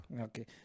okay